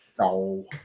No